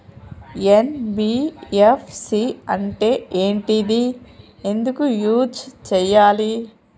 NBFC అంటే ఏంటిది ఎందుకు యూజ్ చేయాలి?